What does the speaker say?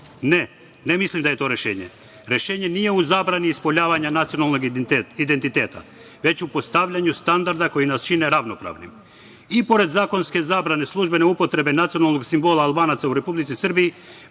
Ne, ne mislim da je to rešenje. Rešenje nije u zabrani ispoljavanja nacionalnog identiteta, već u postavljanju standarda koji nas čine ravnopravnim.I pored zakonske zabrane službene upotrebe nacionalnog simbola Albanaca u Republici Srbiji,